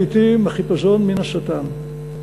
לעתים החיפזון מן השטן,